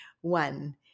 one